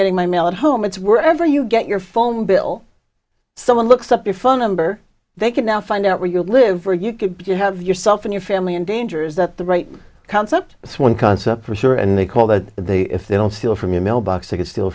getting my mail at home it's where ever you get your phone bill someone looks up your phone number they can now find out where you live or you could you have yourself and your family in danger is that the right concept one concept for sure and they call that they if they don't steal from your mailbox you could steal